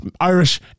Irish